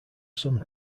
some